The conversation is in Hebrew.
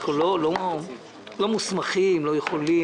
אנחנו לא מוסמכים, לא יכולים.